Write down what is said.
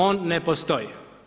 On ne postoji.